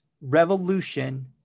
revolution